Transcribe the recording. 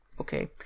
Okay